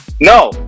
No